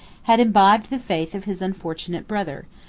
had imbibed the faith of his unfortunate brother,